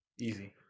easy